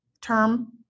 term